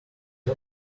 dog